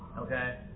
Okay